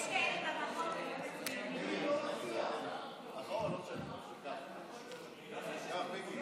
קיבלו את כל המענק שאתם אמרתם שיקבלו.